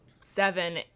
seven